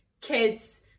kids